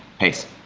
peace